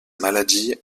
maladie